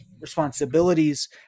responsibilities